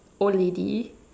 old lady